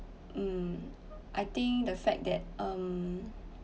um I think the fact that um